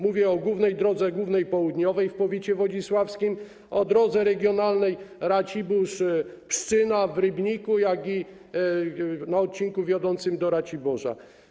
Mówię o głównej drodze, drodze południowej w powiecie wodzisławskim, o drodze regionalnej Racibórz - Pszczyna w Rybniku i odcinku wiodącym do Raciborza.